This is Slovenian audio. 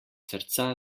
srca